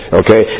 okay